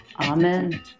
amen